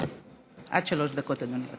עד שלוש דקות, אדוני.